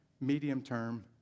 medium-term